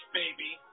baby